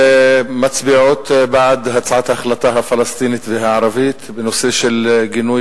מצביעות בעד הצעת ההחלטה הפלסטינית והערבית בנושא גינוי